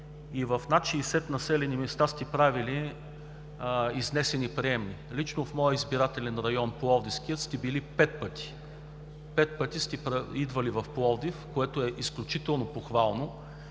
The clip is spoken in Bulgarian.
и в над 60 населени места сте правили изнесени приемни. Лично в моя избирателен район – Пловдивският, сте били пет пъти. Пет пъти сте идвали в Пловдив, което е изключително похвално